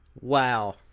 Wow